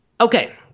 Okay